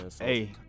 Hey